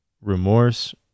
remorse